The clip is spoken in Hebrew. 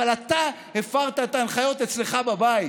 אבל אתה הפרת את ההנחיות אצלך בבית.